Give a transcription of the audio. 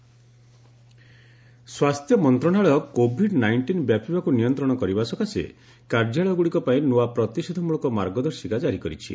HM guidelines ସ୍ୱାସ୍ଥ୍ୟ ମନ୍ତ୍ରଣାଳୟ Covid nineteen ବ୍ୟାପିବାକୁ ନିୟନ୍ତ୍ରଣ କରିବା ସକାଶେ କାର୍ଯ୍ୟାଳୟଗୁଡ଼ିକପାଇଁ ନୂଆ ପ୍ରତିଷେଧମୂଳକ ମାର୍ଗଦର୍ଶିକା କାରି କରିଛି